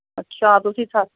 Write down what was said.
ਅੱਛਾ ਤੁਸੀਂ ਸਾ